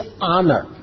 honor